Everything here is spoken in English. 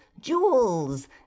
jewels